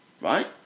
right